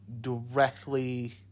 directly